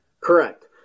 Correct